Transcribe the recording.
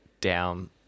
down